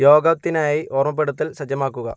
യോഗത്തിനായി ഓർമ്മപ്പെടുത്തൽ സജ്ജമാക്കുക